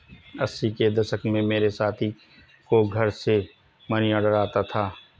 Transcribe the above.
अस्सी के दशक में मेरे साथी को घर से मनीऑर्डर आता था